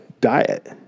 diet